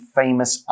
famous